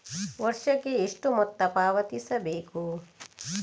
ವರ್ಷಕ್ಕೆ ಎಷ್ಟು ಮೊತ್ತ ಪಾವತಿಸಬೇಕು?